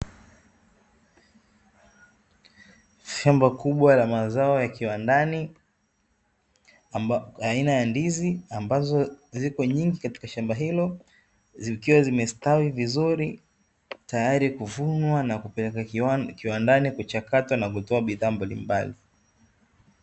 Shamba kubwa la mazao ya kiwandani aina ya ndizi ambazo ziko nyingi katika shamba hilo zikiwa zimestawi vizuri tayari kuvunwa na kupelekwa kiwandani kuchakatwa na kutoa bidhaa mbalimbali.